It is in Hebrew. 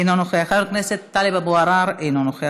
אינו נוכח,